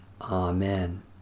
Amen